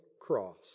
cross